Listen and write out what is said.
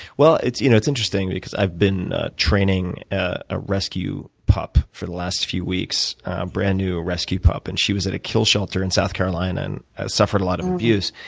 well, it's you know it's interesting because i've been training a a rescue pup for the last few weeks, a brand new rescue pup. and she was at a kill shelter in south carolina and suffered a lot of abuse.